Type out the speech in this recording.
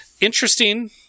interesting